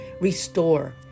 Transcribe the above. restore